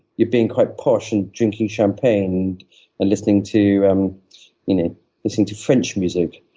you're being quite posh and drinking champagne and listening to um you know listening to french music.